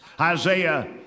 Isaiah